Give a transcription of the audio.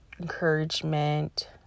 Encouragement